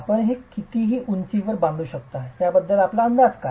आपण हे किती उंचीवर बांधू शकता याबद्दल आपला अंदाज काय आहे